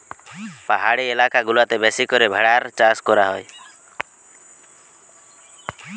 পাহাড়ি এলাকা গুলাতে বেশি করে ভেড়ার চাষ করা হয়